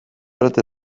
ote